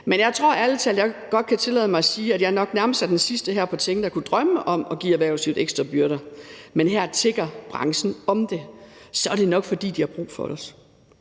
men jeg tror ærlig talt, jeg godt kan tillade mig at sige, at jeg nok nærmest er den sidste her på Tinge, der kunne drømme om at give erhvervslivet ekstra byrder, men her tigger branchen om det. Så er det nok, fordi de har brug for os.